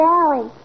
Valley